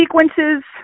sequences